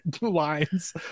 lines